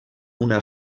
una